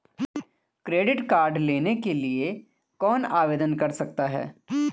Credit card लेने के लिए कौन आवेदन कर सकता है?